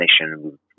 nation